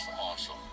awesome